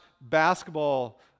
basketball